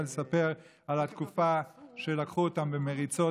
לספר על התקופה שבה לקחו אותם במריצות,